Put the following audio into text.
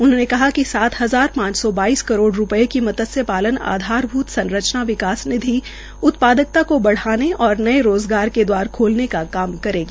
उन्होंने कहा कि सात हजार पांच सौ बाइस करोड़ रूपये की मत्सय पालन आधारभूत संरचना विकास निधि उत्पादकता को बढ़ाने और नए रोज़गार के दवारा खोलने का काम करेगी